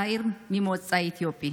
צעיר ממוצא אתיופי,